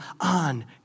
on